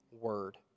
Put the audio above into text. word